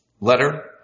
letter